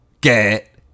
get